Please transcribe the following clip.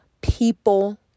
people